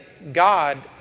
God